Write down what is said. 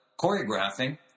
choreographing